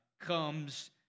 comes